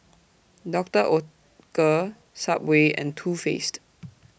Doctor Oetker Subway and Too Faced